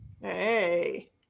Hey